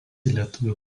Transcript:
lietuvių